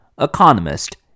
economist